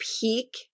peak